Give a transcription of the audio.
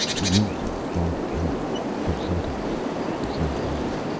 we need not guard it now, for xotalanc is no more.